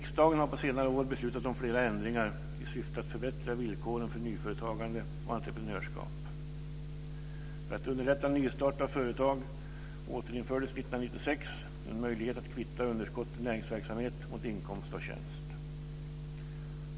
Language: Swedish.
Riksdagen har på senare år beslutat om flera ändringar i syfte att förbättra villkoren för nyföretagande och entreprenörskap. För att underlätta nystart av företag återinfördes 1996 en möjlighet att kvitta underskott i näringsverksamhet mot inkomst av tjänst.